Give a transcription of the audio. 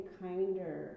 kinder